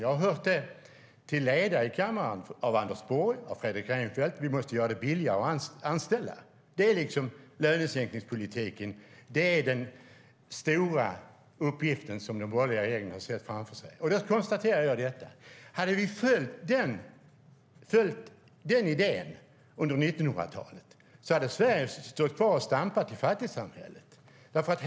Jag har hört Anders Borg och Fredrik Reinfeldt till leda i kammaren säga att vi måste göra det billigare att anställa. Lönesänkningspolitiken är den stora uppgiften som den borgerliga regeringen har sett framför sig. Om vi hade följt den idén under 1900-talet hade Sverige stått kvar och stampat i fattigsamhället.